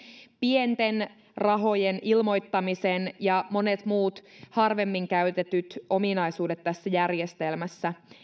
pienten rahojen ilmoittamisen ja monet muut harvemmin käytetyt ominaisuudet tässä järjestelmässä